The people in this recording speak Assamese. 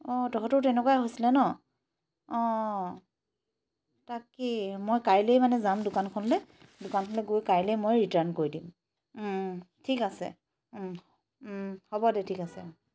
অঁ তহঁতৰো তেনেকুৱাই হৈছিলে ন অঁ তাকেই মই কাইলৈ মানে যাম দোকানখনলৈ দোকানখনলৈ গৈ মই কাইলে গৈ ৰিটাৰ্ণ কৰি দিম ঠিক আছে হ'ব দে ঠিক আছে